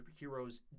superheroes